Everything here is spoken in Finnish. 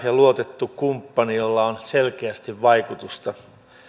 ja luotettu kumppani jolla on selkeästi vaikutusta